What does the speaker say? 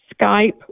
Skype